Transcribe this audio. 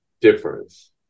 difference